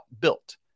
Built